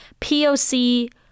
POC